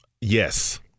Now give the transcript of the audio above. Yes